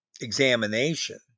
examination